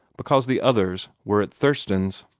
because the others were at thurston's.